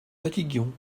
fatiguions